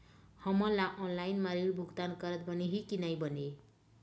हमन ला ऑनलाइन म ऋण भुगतान करत बनही की नई बने?